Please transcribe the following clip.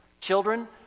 Children